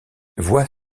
vois